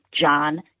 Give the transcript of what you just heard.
John